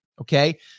Okay